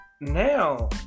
Now